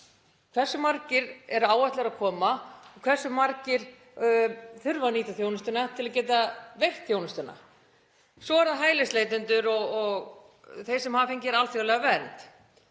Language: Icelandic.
hversu margir er áætlað að komi og hversu margir þurfa að nýta þjónustuna til að geta veitt þjónustuna. Svo eru það hælisleitendur og þeir sem hafa fengið hér alþjóðlega vernd